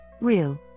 real